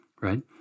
right